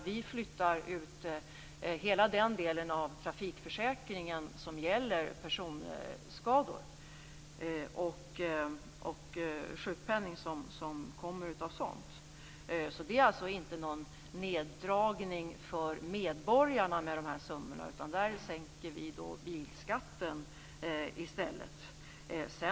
Vi flyttar ut hela den del av trafikförsäkringen som gäller personskador och sjukpenning som kommer av sådant. Dessa summor innebär alltså inte någon neddragning för medborgarna. Vi sänker bilskatten i stället.